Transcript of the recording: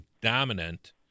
dominant